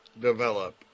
develop